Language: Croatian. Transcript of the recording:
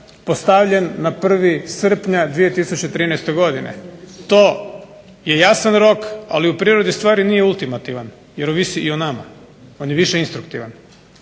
postavljen na 1. srpnja 2013. godine, to je jasan rok, ali u prirodi stvari nije ultimativan, jer ovisi i o nama. On je više instruktivan.